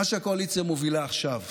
מה שהקואליציה מובילה עכשיו,